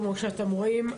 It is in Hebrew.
כמו שאתם רואים,